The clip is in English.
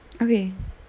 okay